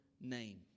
name